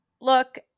Look